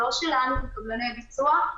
לא שלנו כקבלני ביצוע,